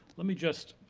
let me just,